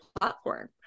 platform